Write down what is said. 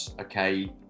okay